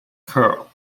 curl